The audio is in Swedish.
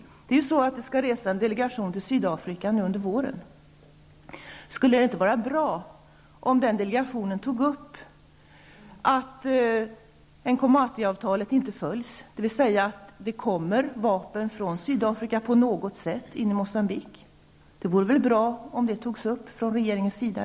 Under våren skall ju en delegation resa till Sydafrika. Skulle det då inte vara bra om den delegationen tog upp det faktum att Nkomati-avtalet inte följs, dvs. att det på något sätt in i Moçambique kommer vapen från Sydafrika? Det vore väl bra om detta togs upp från svensk sida?